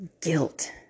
guilt